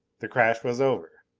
the crash was over.